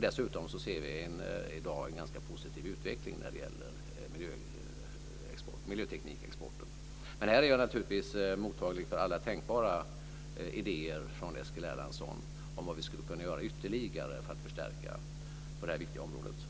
Dessutom ser vi i dag en ganska positiv utveckling när det gäller miljöteknikexporten. Jag är naturligtvis mottaglig för alla tänkbara idéer från Eskil Erlandsson om vad vi skulle kunna göra ytterligare för att förstärka det här viktiga området.